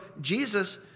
Jesus